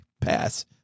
pass